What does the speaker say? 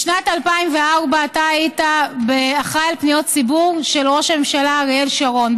בשנת 2004 אתה היית אחראי לפניות הציבור של ראש הממשלה אריאל שרון,